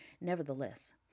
Nevertheless